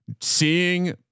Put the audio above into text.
seeing